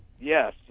Yes